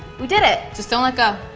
we did it! just don't let go.